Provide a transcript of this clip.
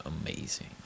amazing